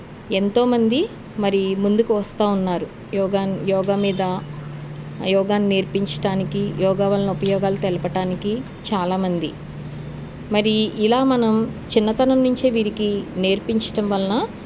ఎంతోమంది మరి ముందుకు వస్తు ఉన్నారు యోగాని యోగా మీద యోగాని నేర్పించడానికి యోగా వలన ఉపయోగాలు తెలపటానికి చాలామంది మరి ఇలా మనం చిన్నతనం నుంచే వీరికి నేర్పించడం వలన